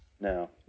No